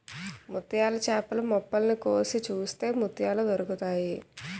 ముత్యాల చేపలు మొప్పల్ని కోసి చూస్తే ముత్యాలు దొరుకుతాయి